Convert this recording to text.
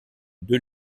deux